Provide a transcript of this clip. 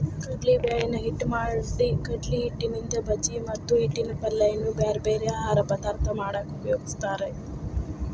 ಕಡ್ಲಿಬ್ಯಾಳಿನ ಹಿಟ್ಟ್ ಮಾಡಿಕಡ್ಲಿಹಿಟ್ಟಿನಿಂದ ಬಜಿ ಮತ್ತ ಹಿಟ್ಟಿನ ಪಲ್ಯ ಇನ್ನೂ ಬ್ಯಾರ್ಬ್ಯಾರೇ ಆಹಾರ ಪದಾರ್ಥ ಮಾಡಾಕ ಉಪಯೋಗಸ್ತಾರ